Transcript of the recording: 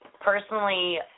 personally